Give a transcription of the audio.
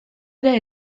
ere